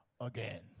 again